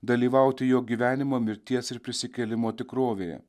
dalyvauti jo gyvenimo mirties ir prisikėlimo tikrovėje